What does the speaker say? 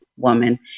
woman